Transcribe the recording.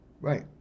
Right